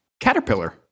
Caterpillar